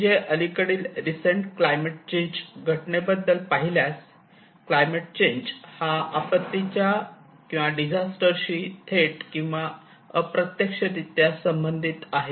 म्हणजे अलीकडील recent climate change घटनेबद्दल पाहिल्यास क्लायमेट चेंज हा आपत्तीच्या डिझास्टर शी थेट किंवा अप्रत्यक्ष रित्या संबंधित आहे